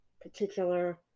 particular